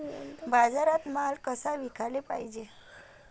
बाजारात माल कसा विकाले पायजे?